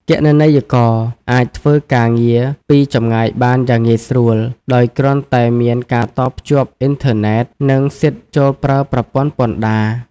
គណនេយ្យករអាចធ្វើការងារពីចម្ងាយបានយ៉ាងងាយស្រួល ដោយគ្រាន់តែមានការតភ្ជាប់អ៊ីនធឺណិត និងសិទ្ធិចូលប្រើប្រព័ន្ធពន្ធដារ។